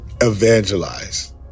evangelize